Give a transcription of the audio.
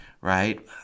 right